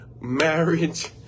marriage